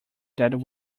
that